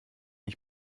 ich